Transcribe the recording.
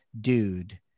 dude